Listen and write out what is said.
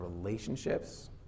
relationships